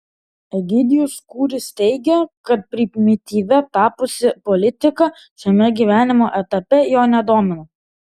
egidijus kūris teigia kad primityvia tapusi politika šiame gyvenimo etape jo nedomina